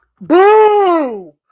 Boo